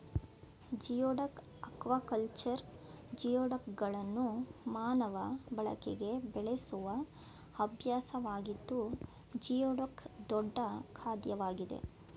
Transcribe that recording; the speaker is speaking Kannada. ಜಿಯೋಡಕ್ ಅಕ್ವಾಕಲ್ಚರ್ ಜಿಯೋಡಕ್ಗಳನ್ನು ಮಾನವ ಬಳಕೆಗೆ ಬೆಳೆಸುವ ಅಭ್ಯಾಸವಾಗಿದ್ದು ಜಿಯೋಡಕ್ ದೊಡ್ಡ ಖಾದ್ಯವಾಗಿದೆ